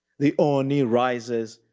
the ooni rises,